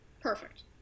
Perfect